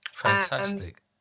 Fantastic